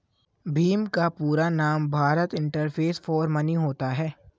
भीम का पूरा नाम भारत इंटरफेस फॉर मनी होता है